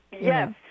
Yes